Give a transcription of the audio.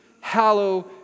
Hallow